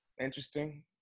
interesting